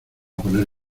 poner